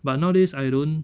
but nowadays I don't